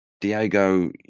Diego